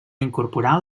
incorporar